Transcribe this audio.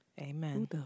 Amen